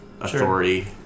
authority